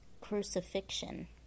crucifixion